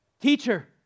Teacher